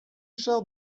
char